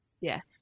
Yes